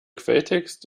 quelltext